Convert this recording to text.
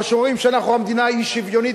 אבל שאומרים שאנחנו המדינה האי-שוויונית